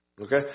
Okay